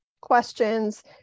questions